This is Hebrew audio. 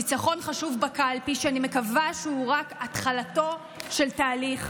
ניצחון חשוב בקלפי שאני מקווה שהוא רק התחלתו של תהליך,